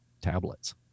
tablets